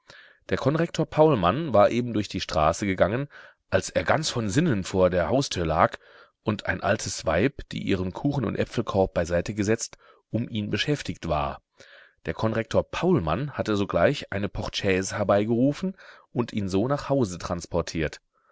der konrektor paulmann war eben durch die straße gegangen als er ganz von sinnen vor der haustür lag und ein altes weib die ihren kuchen und äpfelkorb beiseite gesetzt um ihn beschäftigt war der konrektor paulmann hatte sogleich eine portechaise herbeigerufen und ihn so nach hause transportiert